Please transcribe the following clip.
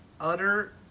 utter